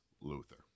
Luther